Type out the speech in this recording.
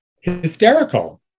hysterical